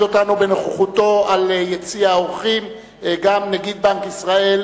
ממשלת ישראל, בנק ישראל,